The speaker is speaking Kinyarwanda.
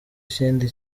ikindi